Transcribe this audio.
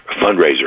fundraiser